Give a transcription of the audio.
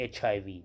hiv